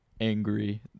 angry